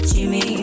Jimmy